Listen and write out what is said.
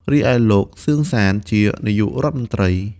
រីឯលោក សឺន សាន ជា នាយករដ្ឋមន្ត្រី ។